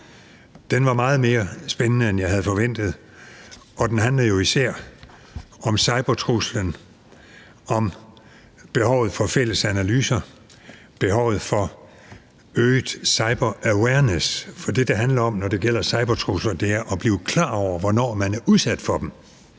Den var meget mere spændende, end jeg havde forventet, og den handlede jo især om cybertruslen, om behovet for fælles analyser, om behovet for øget cyberawareness. For det, som det handler om, når det gælder cybertrusler, er at blive klar over, hvornår man er udsat for dem.